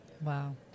wow